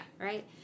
Right